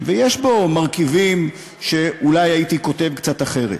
יש בו מרכיבים שאולי הייתי כותב קצת אחרת,